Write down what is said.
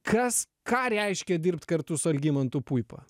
kas ką reiškia dirbt kartu su algimantu puipa